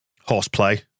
horseplay